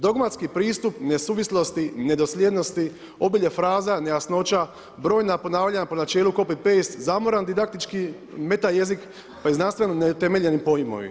Dogmatski pristup nesuvislosti, nedosljednosti, obilje fraza, nejasnoća, brojna ponavljanja po načelu copy paste, zamoran didaktički metajezik pa i znanstveno neutemeljeni pojmovi.